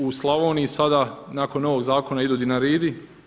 U Slavoniji sada nakon novog zakona idu Dinaridi.